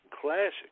classic